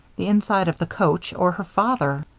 the inside of the coach or her father.